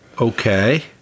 Okay